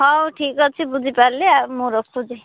ହଉ ଠିକ୍ ଅଛି ବୁଝି ପାରିଲି ଆଉ ମୁଁ ରଖୁଛି